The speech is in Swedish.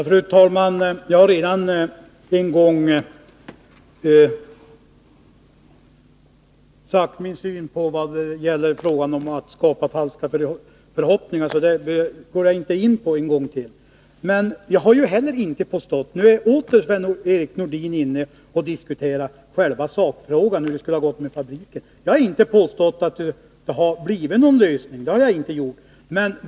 Fru talman! Jag har redan en gång redogjort för min syn på frågan om att skapa falska förhoppningar. Det går jag inte in på en gång till. Sven-Erik Nordin diskuterar nu åter själva sakfrågan, hur det skulle ha gått med fabriken. Jag har inte påstått att någon lösning skulle ha nåtts.